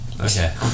Okay